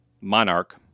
monarch